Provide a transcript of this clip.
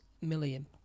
million